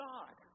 God